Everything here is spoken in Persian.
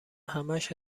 همهاش